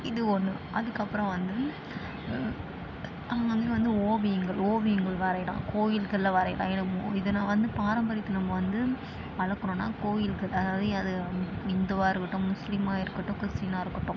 இது ஒன்று அதுக்கப்புறம் வந்து இதில் வந்து ஓவியங்கள் ஓவியங்கள் வரையலாம் கோயிகளில் வரையலாம் ஏன்னால் இதில் நான் வந்து பாரம்பரியத்தை நம்ம வந்து வளர்க்குறேன்னா கோயிகளில் அதாவது அது இந்துவாக இருக்கட்டும் முஸ்லிமாக இருக்கட்டும் கிறிஸ்டீனாக இருக்கட்டும்